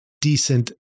decent